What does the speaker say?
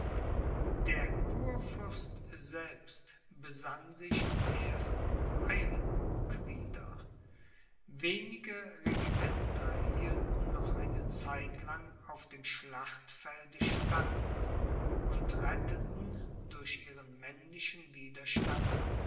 der kurfürst selbst besann sich erst in eilenburg wieder wenige regimenter hielten noch eine zeit lang auf dem schlachtfelde stand und retteten durch ihren männlichen widerstand